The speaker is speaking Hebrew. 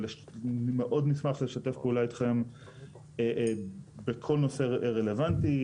מאוד נשמח לשתף פעולה איתכם בכל נושא רלוונטי,